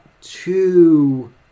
two